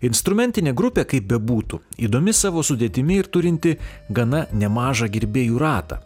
instrumentinė grupė kaip bebūtų įdomi savo sudėtimi ir turinti gana nemažą gerbėjų ratą